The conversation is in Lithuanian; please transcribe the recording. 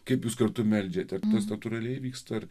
kaip jūs kartu meldžiatės tas natūraliai vyksta ar